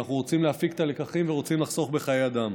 ואנחנו רוצים להפיק את הלקחים ורוצים לחסוך בחיי אדם.